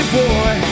boy